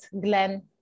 Glenn